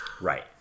right